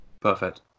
Perfect